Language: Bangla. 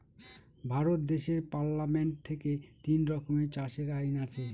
ভারত দেশের পার্লামেন্ট থেকে তিন রকমের চাষের আইন আছে